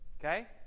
Okay